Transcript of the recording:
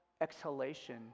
exhalation